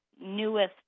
newest